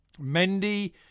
mendy